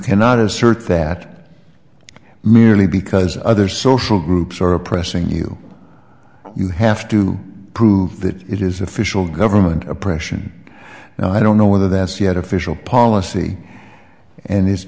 cannot assert that merely because other social groups are oppressing you but you have to prove that it is official government oppression and i don't know whether that's yet official policy and is